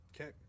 Okay